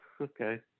Okay